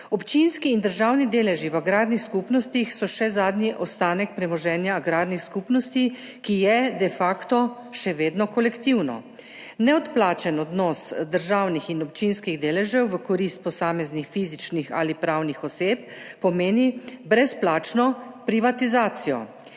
Občinski in državni deleži v agrarnih skupnostih so še zadnji ostanek premoženja agrarnih skupnosti, ki je de facto še vedno kolektivno. Neodplačen odnos državnih in občinskih deležev v korist posameznih fizičnih ali pravnih oseb pomeni brezplačno privatizacijo.